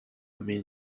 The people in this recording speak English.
main